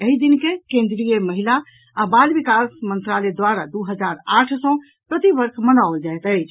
एहि दिन के केन्द्रीय महिला आ बाल विकास मंत्रालय द्वारा दू हजार आठ सँ प्रति वर्ष मनाओल जायत अछि